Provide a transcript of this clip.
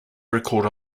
record